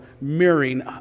mirroring